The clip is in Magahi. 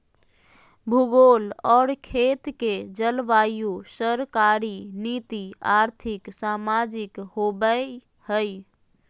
भूगोल और खेत के जलवायु सरकारी नीति और्थिक, सामाजिक होबैय हइ